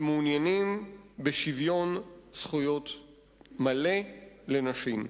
ומעוניינים בשוויון זכויות מלא לנשים.